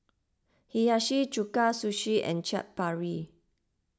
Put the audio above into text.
Hiyashi Chuka Sushi and Chaat Papri